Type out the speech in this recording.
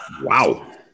Wow